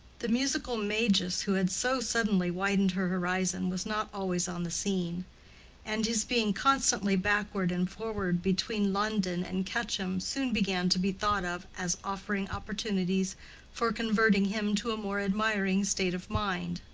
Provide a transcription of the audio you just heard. the musical magus who had so suddenly widened her horizon was not always on the scene and his being constantly backward and forward between london and quetcham soon began to be thought of as offering opportunities for converting him to a more admiring state of mind.